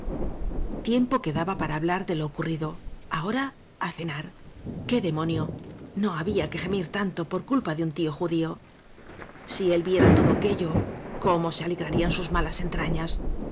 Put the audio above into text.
tiempo quedaba para hablar de lo ocurri do ahora á cenar qué demonio no había que gemir tanto por culpa de un tío judío si él viera todo aquéllo cómo se alegra rían sus malas entrañas